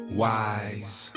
wise